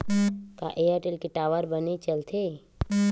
का एयरटेल के टावर बने चलथे?